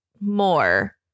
more